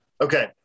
Okay